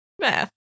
Math